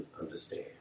understand